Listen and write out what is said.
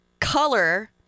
color